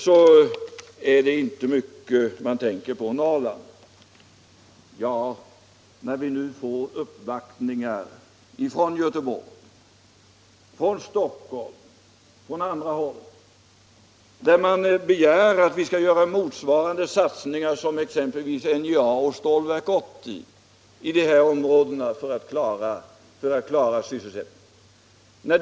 Jag vill då framhålla att vi fått uppvaktningar från Göteborg, Stockholm och andra håll där man begär att vi skall göra motsvarande satsningar som NJA och Stålverk 80 i dessa områden så att man kan lösa sysselsättningsproblemen.